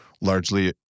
largely